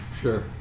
Sure